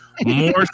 more